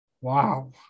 wow